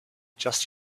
just